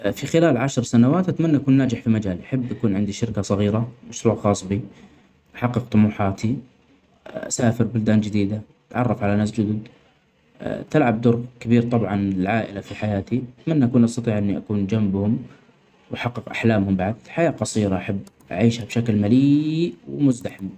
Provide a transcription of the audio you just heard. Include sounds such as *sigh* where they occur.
في خلال عشر سنوات أتمني أكون ناجح في مجالي أحب يكون عندي شركة صغيرة مشروع خاص بي حقق طموحاتي أسافر بلدان جديدة أتعرف علي ناس جدد *hesitation* تلعب دور كبير طبعا العائلة في حياتي أتمني أكون أستطع إني أكون جمبهم وأحقق أحلامهم بعد ،الحياة قصيرة أحب أعيشها بشكل ملييييييييييييييئ ومزدحم.